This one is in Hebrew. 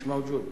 מש מווג'וד,